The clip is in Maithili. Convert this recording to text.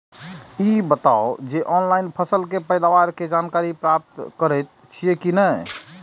ई बताउ जे ऑनलाइन फसल के पैदावार के जानकारी प्राप्त करेत छिए की नेय?